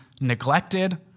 neglected